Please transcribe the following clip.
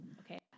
Okay